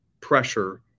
pressure